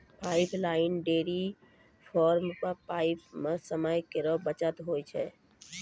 pipeline dairy farm म pipe सें समय केरो बचत होय छै